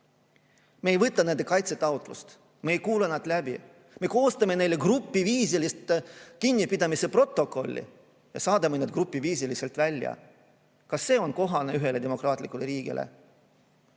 Me ei võta nende kaitsetaotlust vastu, me ei kuula neid ära, me koostame neile grupiviisilise kinnipidamise protokolli ja saadame nad grupiviisiliselt välja. Kas see on kohane ühele demokraatlikule riigile?